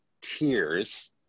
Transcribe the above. tears